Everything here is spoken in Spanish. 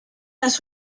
las